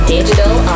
Digital